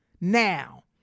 now